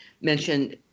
mentioned